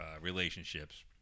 relationships